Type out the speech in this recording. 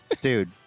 dude